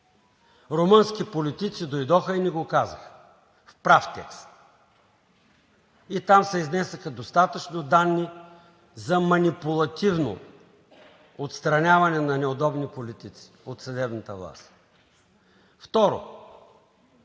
Румънски политици дойдоха и ни го казаха – в прав текст, и там се изнесоха достатъчно данни за манипулативно отстраняване на неудобни политици от съдебната власт. Второ,